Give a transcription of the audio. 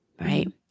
right